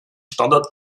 standort